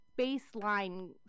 baseline